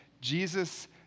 Jesus